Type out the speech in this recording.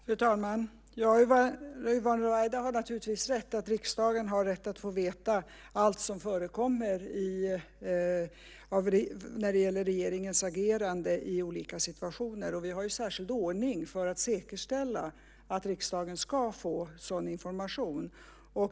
Fru talman! Yvonne Ruwaida har naturligtvis rätt i att riksdagen har rätt att få veta allt som förekommer när det gäller regeringens agerande i olika situationer. Vi har en särskild ordning för att säkerställa att riksdagen ska få sådan information.